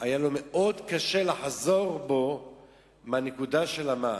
היה לו מאוד קשה לחזור בו מהנקודה של המע"מ,